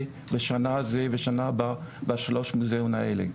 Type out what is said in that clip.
בשנה הזו ובשנה הבאה בשלושת המוזיאונים האלו,